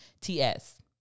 TS